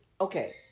okay